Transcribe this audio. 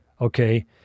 Okay